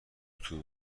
اتو